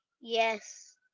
Yes